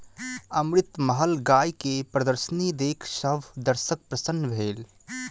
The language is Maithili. अमृतमहल गाय के प्रदर्शनी देख सभ दर्शक प्रसन्न भेल